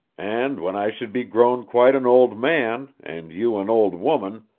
and when i should be grown quite an old man, and you an old woman,